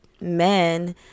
men